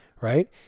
right